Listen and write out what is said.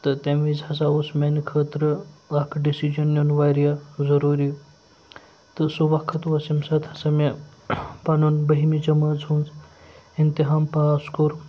تہٕ تَمہِ وِزِ ہسا اوس میانہِ خٲطرٕ اکھ ڈٮ۪سِجن نیُن وارِیاہ ضروٗری تہٕ سُہ وقت اوس ییٚمہِ ساتہٕ ہسا مےٚ پَنُن بٔہمہِ جَمٲژ ہٕنٛز انتِحام پاس کوٚر